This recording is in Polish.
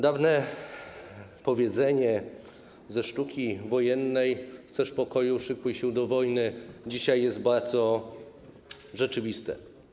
Dawne powiedzenie ze sztuki wojennej: Chcesz pokoju, szykuj się do wojny dzisiaj jest bardzo rzeczywiste.